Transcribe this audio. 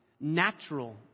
natural